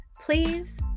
please